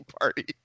party